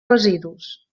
residus